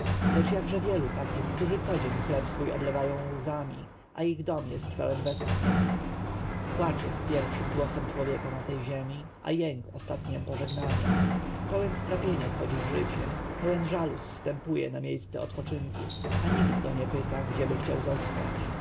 lecz jakże wielu takich którzy codzień chleb swój oblewają łzami a ich dom jest pełen westchnień płacz jest pierwszym głosem człowieka na tej ziemi a jęk ostatniem pożegnaniem pełen strapienia wchodzi w życie pełen żalu zstępuje na miejsce odpoczynku a nikt go nie pyta gdzieby chciał zostać